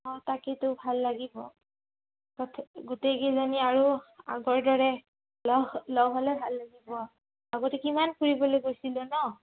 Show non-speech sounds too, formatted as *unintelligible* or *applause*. অঁ তাকেইটো ভাল লাগিব *unintelligible* গোটেইকেইজনী আৰু আগৰ দৰে লগ হ লগ হ'লে ভাল লাগিব আগতে কিমান ফুৰিবলৈ গৈছিলোঁ নহ্